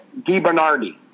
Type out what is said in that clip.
DiBernardi